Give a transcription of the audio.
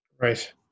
right